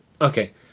okay